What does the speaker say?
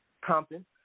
Compton